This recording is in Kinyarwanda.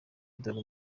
dore